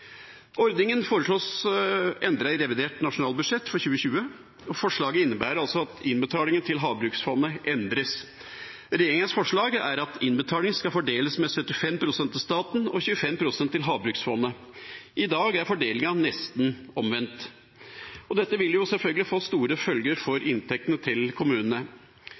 Ordningen foreslås endret i revidert nasjonalbudsjett for 2020, og forslaget innebærer altså at innbetalingen til havbruksfondet endres. Regjeringas forslag er at innbetaling skal fordeles med 75 pst. til staten og 25 pst. til havbruksfondet. I dag er fordelingen nesten omvendt. Dette vil selvfølgelig få store følger for inntektene til kommunene.